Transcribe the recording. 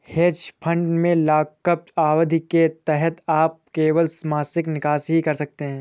hedge fund में lockup अवधि के तहत आप केवल मासिक निकासी ही कर सकते हैं